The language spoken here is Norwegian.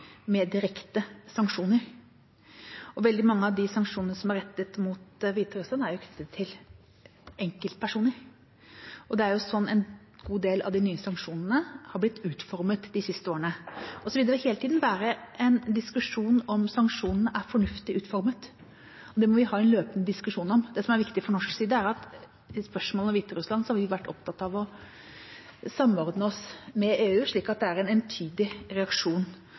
med direkte sanksjoner. Veldig mange av de sanksjonene som er rettet mot Hviterussland, er knyttet til enkeltpersoner. Det er slik en god del av de nye sanksjonene har blitt utformet de siste årene. Det vil hele tiden være en diskusjon om sanksjonene er fornuftig utformet, og det må vi ha en løpende diskusjon om. Det som er viktig for norsk side, er at i spørsmål om Hviterussland har vi vært opptatt av å samordne oss med EU, slik at det er en entydig reaksjon